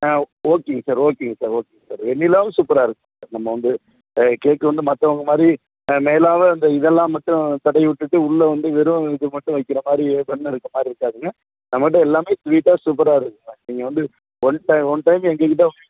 ஆ ஓகேங்க சார் ஓகேங்க சார் ஓகேங்க சார் வெண்ணிலாவும் சூப்பராக இருக்குங்க சார் நம்ம வந்து கேக்கு வந்து மற்றவங்க மாதிரி மேலால் இந்த இதெல்லாம் மட்டும் தடவி விட்டுட்டு உள்ளே வந்து வெறும் இது மட்டும் வைக்கிற மாதிரி பன்னு இருக்கற மாதிரி இருக்காதுங்க நம்மக்கிட்டே எல்லாமே ஸ்வீட்டாக சூப்பராக இருக்குங்க நீங்கள் வந்து ஒன் டைம் ஒன் டைம் எங்கள் கிட்டே